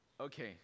Okay